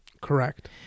Correct